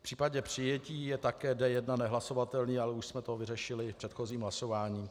V případě přijetí je také D1 nehlasovatelný, ale už jsme to vyřešili předchozím hlasováním.